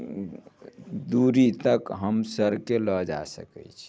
दूरी तक हम सरके लऽ जा सकैत छी